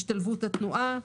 השתלבות התנועה,